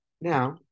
Now